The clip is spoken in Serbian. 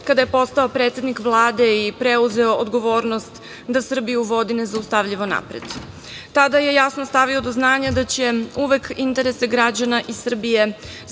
kada je postao predsednik Vlade i preuzeo odgovornost da Srbiju vodi nezaustavljivo napred. Tada je jasno stavio do znanja da će uvek interese građana i Srbije